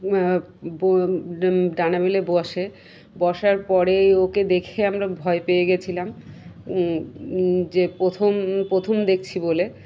ডানামিলে বসে বসার পরেই ওকে দেখে আমরা ভয় পেয়ে গেছিলাম যে প্রথম প্রথম দেখছি বলে